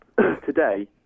today